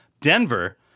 Denver